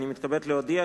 אני מתכבד להודיע,